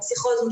כמו פסיכוזה,